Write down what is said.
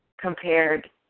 compared